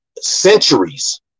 centuries